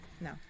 No